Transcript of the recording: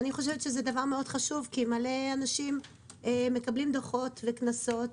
זה דבר חשוב מאוד כי הרבה אנשים מקבלים דוחות וקנסות.